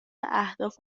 اهداف